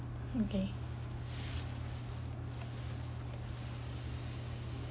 okay